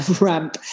ramp